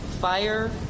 Fire